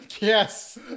Yes